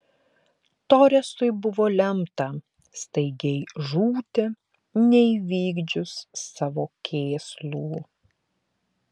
toresui buvo lemta staigiai žūti neįvykdžius savo kėslų